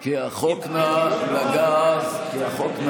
כי לא מאמינים, כי לא מאמינים.